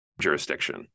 jurisdiction